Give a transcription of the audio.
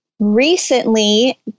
Recently